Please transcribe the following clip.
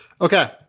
okay